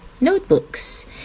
notebooks